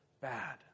bad